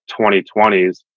2020s